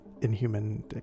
inhuman